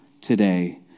today